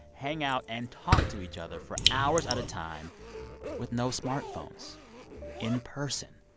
hang out and talk to each other for hours at a time with no smartphones in person.